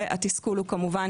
והתסכול הוא גם כמובן